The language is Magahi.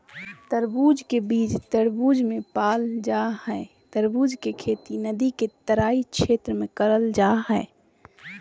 तरबूज के बीज तरबूज मे पाल जा हई तरबूज के खेती नदी के तराई क्षेत्र में करल जा हई